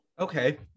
Okay